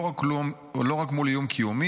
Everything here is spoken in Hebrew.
לא רק מול איום קיומי",